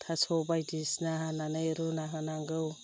थास' बायदिसिना हानानै रुना होनांगौ